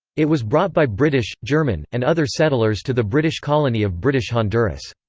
it was brought by british, german, and other settlers to the british colony of british honduras.